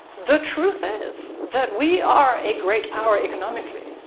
the truth is that we are a great power economically,